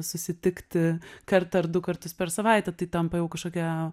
susitikti kartą ar du kartus per savaitę tai tampa jau kažkokie